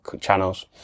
channels